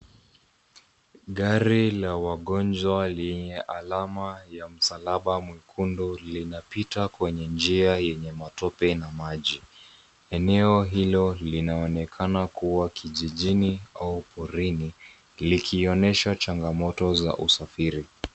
Gari la wagonjwa lenye msalaba mwekundu linapita kwenye njia lenye matope na maji. Eneo hilo linaonekana kuwa kijini au porini likioyesha changamoto za usafiri.